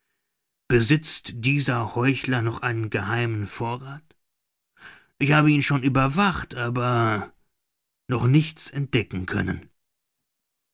besitzt dieser heuchler noch einen geheimen vorrath ich habe ihn schon überwacht aber noch nichts entdecken können